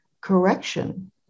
correction